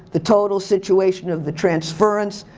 the total situation of the transference,